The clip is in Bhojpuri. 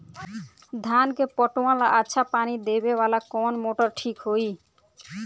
धान के पटवन ला अच्छा पानी देवे वाला कवन मोटर ठीक होई?